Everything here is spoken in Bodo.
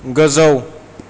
गोजौ